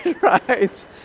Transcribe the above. right